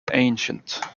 ancient